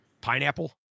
Pineapple